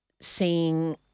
seeing